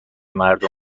مردم